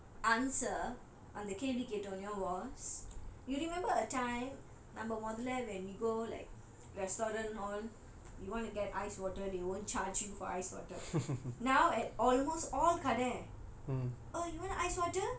imm~ my the immediate answer அந்த கேள்வி கேட்டோம்லய:antha kelvi ketomlaya was you remember a time நம்ம மொதல்ல:namma mothalla when we go like restaurant all you wanna get ice water they won't charge you for ice water now at almost all sudden